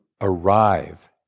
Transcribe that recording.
arrive